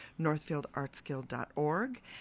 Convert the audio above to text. northfieldartsguild.org